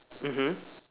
mmhmm